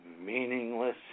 meaningless